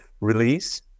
release